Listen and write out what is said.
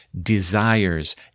desires